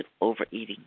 overeating